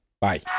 Bye